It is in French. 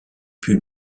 pût